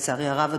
ולצערי הרב,